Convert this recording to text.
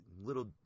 little